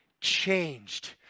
changed